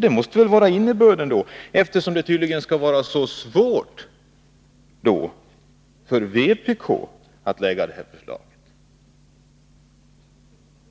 Det måste vara innebörden, eftersom det tydligen skall vara så svårt för vpk att lägga fram ett förslag.